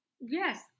Yes